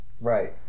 Right